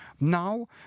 Now